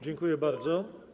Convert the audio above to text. Dziękuję bardzo.